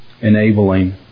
Enabling